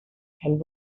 and